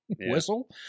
whistle